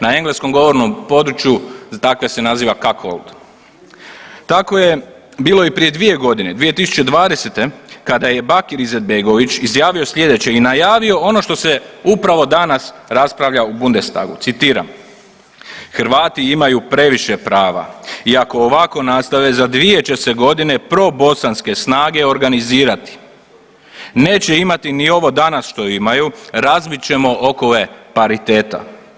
Na engleskom govornom području takve se naziva … [[Govornik se ne razumije]] Tako je bilo i prije 2.g. 2020. kada je Bakir Izetbegović izjavio slijedeće i najavio ono što se upravo danas raspravlja u Bundestagu, citiram: Hrvati imaju previše prava i ako ovako nastave za dvije će se godine probosanske snage organizirati, neće imati ni ovo danas što imaju, razvit ćemo okove pariteta.